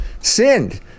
sinned